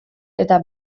eta